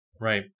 right